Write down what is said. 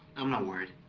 i'm not worried.